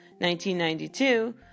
1992